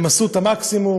הם עשו את המקסימום,